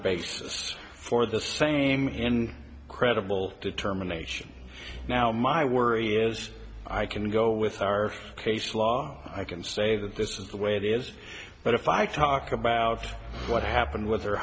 basis for the same in credible determination now my worry is i can go with our case law i can say that this is the way it is but if i talk about what happened with her